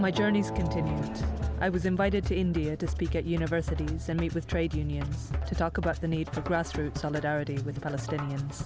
my journeys continue i was invited to india to speak at universities and meet with trade unions to talk about the need for grassroots solidarity with the palestinians